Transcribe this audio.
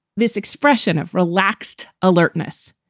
this expression of relaxed alertness,